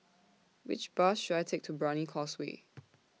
Which Bus should I Take to Brani Causeway